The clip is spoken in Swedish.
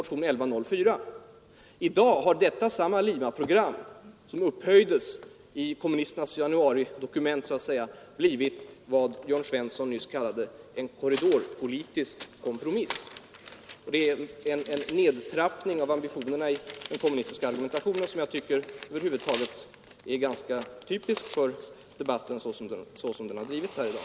I dag har detta samma Limaprogram, som sålunda upphöjdes i kommunisternas januaridokument, blivit vad Jörn Svensson nyss kallade en korridorpolitisk kompromiss. Det är en nedtrappning av ambitionerna i den kommunistiska argumentationen, som jag tycker över huvud taget är ganska typisk för debatten såsom den har drivits här i dag.